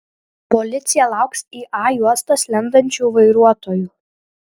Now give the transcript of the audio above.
policija lauks į a juostas lendančių vairuotojų